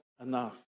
enough